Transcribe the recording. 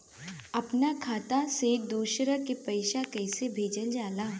अपना खाता से दूसरा में पैसा कईसे भेजल जाला?